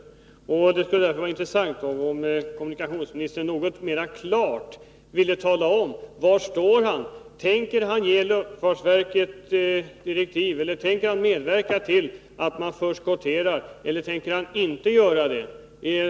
Det skulle därför vara intressant om kommunikationsministern något mer klart ville tala om var han står. Tänker han medverka till att man förskotterar eller tänker han inte göra det?